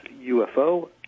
UFO